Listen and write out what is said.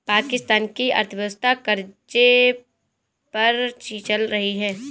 पाकिस्तान की अर्थव्यवस्था कर्ज़े पर ही चल रही है